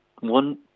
one